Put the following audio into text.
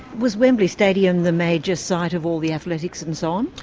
was wembley stadium the major site of all the athletics and so on?